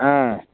ஆ